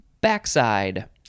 backside